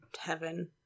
heaven